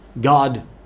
God